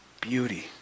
beauty